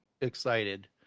excited